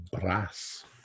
Brass